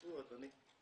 לא אושרו.